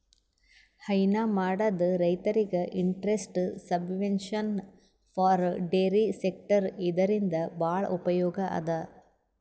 ಹೈನಾ ಮಾಡದ್ ರೈತರಿಗ್ interest subvention for dairy sector ಇದರಿಂದ್ ಭಾಳ್ ಉಪಯೋಗ್ ಅದಾ